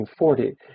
1940